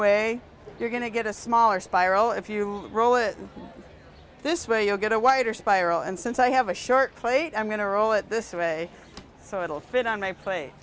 way you're going to get a smaller spiral if you roll it this way you'll get a wider spiral and since i have a short plate i'm going to roll it this way so it'll fit on my plate